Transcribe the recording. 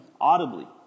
audibly